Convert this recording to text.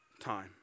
time